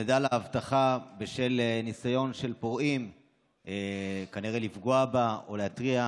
הוצמדה אבטחה בשל ניסיון של פורעים כנראה לפגוע בה או להרתיע,